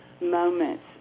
moments